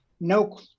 no